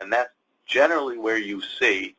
and that's generally where you see